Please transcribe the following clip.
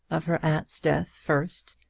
of her aunt's death first,